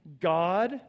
God